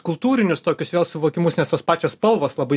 kultūrinius tokius vėl suvokimus nes tos pačios spalvos labai